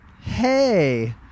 Hey-